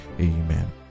Amen